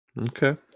Okay